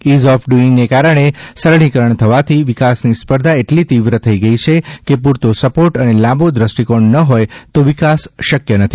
is of ડ્રઇંગને કારણે સરળીકરણ થવાથી વિકાસની સ્પર્ધા એટલી તીવ્ર થઇ ગઇ છે કે પૂરતો સપોર્ટ અને લાંબો દ્રષ્ટિકોણ ન હોય તો વિકાસ શકય નથી